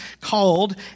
called